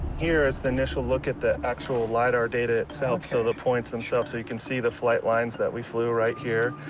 here is the initial look at the actual lidar data itself, so the points themselves, so you can see the flight lines that we flew right here.